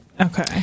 Okay